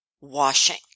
washing